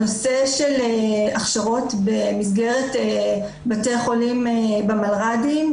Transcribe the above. הנושא של הכשרות במסגרת בתי החולים במלר"דים,